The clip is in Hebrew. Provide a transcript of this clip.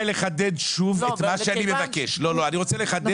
שקלים אם אתה הולך למוסד ו-2,000 שקלים אם אתה הולך לחיים